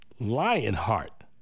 Lionheart